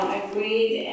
agreed